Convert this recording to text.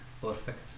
perfect